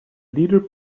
leader